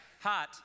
hot